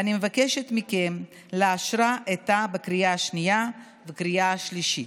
ואני מבקשת מכם לאשרה עתה בקריאה השנייה ובקריאה השלישית.